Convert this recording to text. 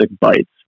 bites